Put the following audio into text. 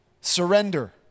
Surrender